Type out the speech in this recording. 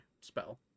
spell